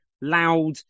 loud